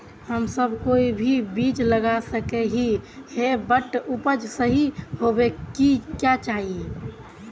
हम सब कोई भी बीज लगा सके ही है बट उपज सही होबे क्याँ चाहिए?